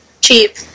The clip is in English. cheap